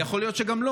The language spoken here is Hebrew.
וגם יכול להיות שלא.